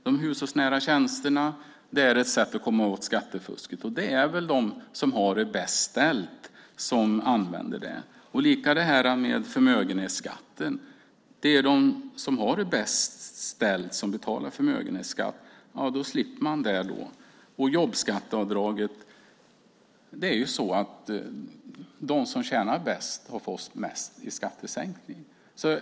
De hushållsnära tjänsterna är ett sätt att komma åt skattefusket. Det är väl de som har det bäst ställt som använder det. Det är samma sak med förmögenhetsskatten. Det är de som har det bäst ställt som betalar förmögenhetsskatt. Nu slipper de det. När det gäller jobbskatteavdraget är det så att de som tjänar bäst har fått mest i skattesänkning.